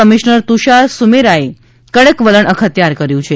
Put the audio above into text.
commissioner Tushar Sumera એ કડક વલણ અખત્યાર કર્યું છે